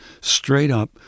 straight-up